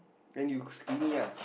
then you skinny ah